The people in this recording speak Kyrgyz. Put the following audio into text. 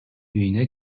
үйүнө